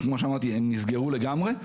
כמו שאמרתי, הם נסגרו לגמרי.